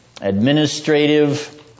Administrative